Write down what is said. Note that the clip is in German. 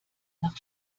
nach